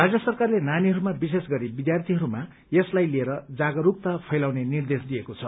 राज्य सरकारले नानीहरूमा विशेष गरी विद्यार्थीहरूमा यसलाई लिएर जागरूकता फैलाउने निर्देश दिएको छ